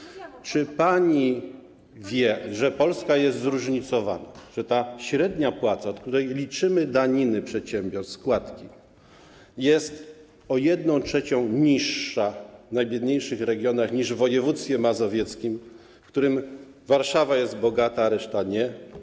Pani posłanko, czy pani wie, że Polska jest zróżnicowana, że ta średnia płaca, od której liczymy daniny przedsiębiorstw, składki, jest o 1/3 niższa w najbiedniejszych regionach niż w województwie mazowieckim, w którym Warszawa jest bogata, a reszta nie?